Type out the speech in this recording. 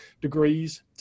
degrees